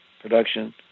production